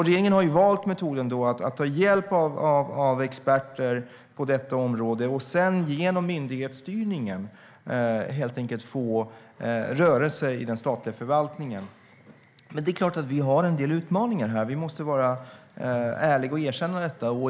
Regeringen har valt metoden att ta hjälp av experter på detta område och sedan genom myndighetsstyrningen helt enkelt få rörelse i den statliga förvaltningen. Det är klart att vi har en del utmaningar. Vi måste vara ärliga och erkänna detta.